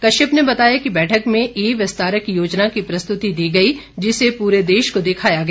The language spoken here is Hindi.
कश्यप ने बताया कि बैठक में ई विस्तारक योजना की प्रस्तुति दी गई जिसे पूरे देश को दिखाया गया